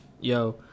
Yo